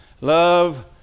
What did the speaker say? Love